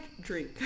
drink